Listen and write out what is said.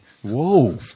Whoa